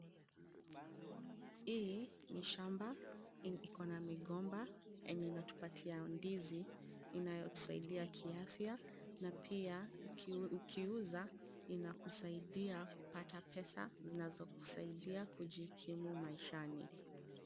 Hii ni shamba, iko na migomba yenye inatupatia ndizi inayotusaidia kiafya na pia ukiuza inakusaidia kupata pesa zinazokusaidia kujikimu maishani.